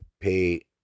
pay